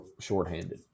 shorthanded